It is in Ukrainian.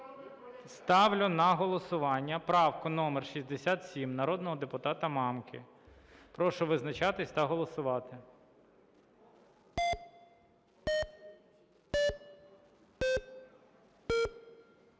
Ставлю на голосування правку номер 67 народного депутата Мамки. Прошу визначатись та голосувати.